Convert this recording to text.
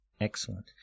excellent